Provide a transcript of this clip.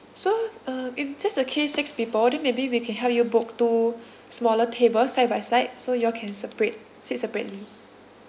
so uh im~ that's the case six people then maybe we can help you book two smaller table side by side so you all can separate sit separately